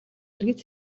иргэд